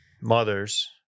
mothers